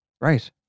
Right